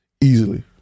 Easily